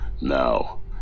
Now